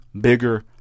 bigger